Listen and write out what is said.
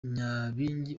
nyabingi